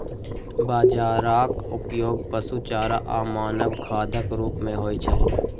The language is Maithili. बाजराक उपयोग पशु चारा आ मानव खाद्यक रूप मे होइ छै